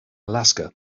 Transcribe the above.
alaska